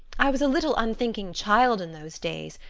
i was a little unthinking child in those days,